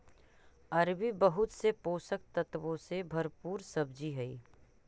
अरबी बहुत से पोषक तत्वों से भरपूर सब्जी हई